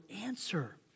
answer